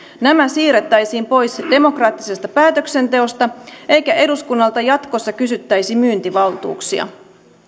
nämä siirrettäisiin pois demokraattisesta päätöksenteosta eikä eduskunnalta jatkossa kysyttäisi myyntivaltuuksia